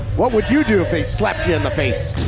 what would you do if they slapped you in the face?